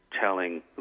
telling